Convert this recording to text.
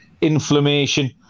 inflammation